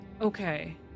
Okay